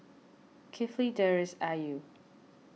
Kifli Deris and Ayu